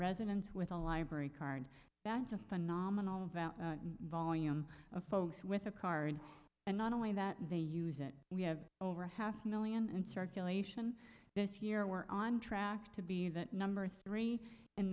residents with a library card that's a phenomenal volume of folks with a card and not only that they use it we have over half a million in circulation this year we're on track to be that number three in